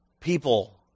People